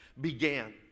began